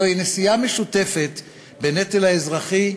זוהי נשיאה משותפת בנטל האזרחי,